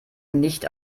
nicht